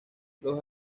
los